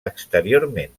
exteriorment